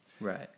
right